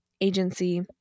agency